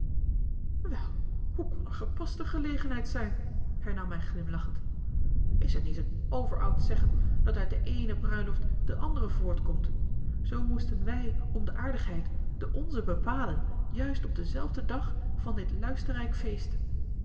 hoe kon er gepaster gelegenheid zijn hernam hij glimlachend is t niet een overoud zeggen dat uit de eene bruiloft de andere voortkomt zoo moesten wij om de aardigheid de onze bepalen juist op denzelfden dag van dit luisterrijk feest